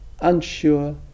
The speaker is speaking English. unsure